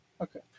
Okay